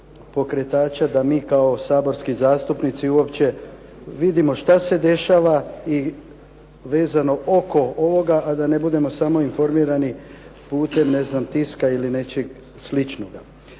da mi kao saborski zastupnici uopće vidimo šta se dešava i vezano oko ovoga, a da ne budemo samo informirani putem tiska ili nečeg sličnoga.